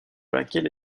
laquelle